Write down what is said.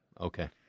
Okay